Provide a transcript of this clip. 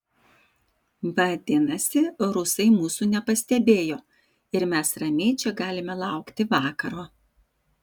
vadinasi rusai mūsų nepastebėjo ir mes ramiai čia galime laukti vakaro